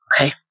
Okay